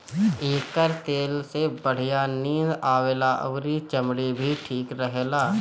एकर तेल से बढ़िया नींद आवेला अउरी चमड़ी भी ठीक रहेला